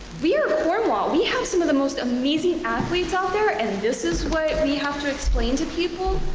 we are cornwall, we have some of the most amazing athletes out there and this is what we have to explain to people?